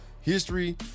History